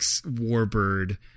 Warbird